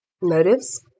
motives